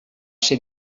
ser